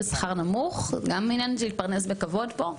בשכר נמוך - זה גם עניין של להתפרנס בכבוד פה.